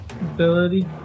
Ability